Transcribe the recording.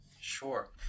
Sure